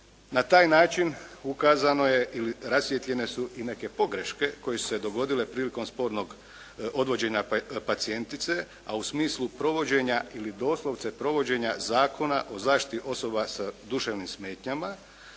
Na taj način ukazano je ili rasvijetljene su i neke pogreške koje su se dogodile prilikom spornog odvođenja pacijentice, a u smislu provođenja ili doslovce provođenja Zakona o zaštiti osoba sa duševnim smetnjama.